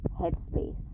headspace